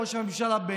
הממשלה.